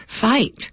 fight